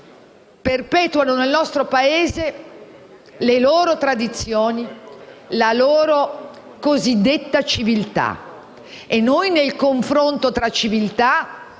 perpetuano nel nostre Paese le loro tradizioni e la loro cosiddetta civiltà. E noi nel confronto tra civiltà,